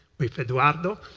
with eduardo.